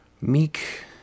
meek